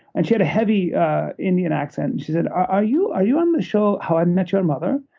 and she had a heavy indian accent. and she said, are you are you on the show how i met your mother?